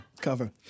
Cover